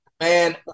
Man